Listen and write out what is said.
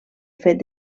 fet